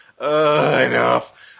Enough